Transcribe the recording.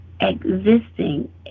existing